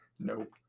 Nope